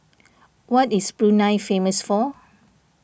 what is Brunei famous for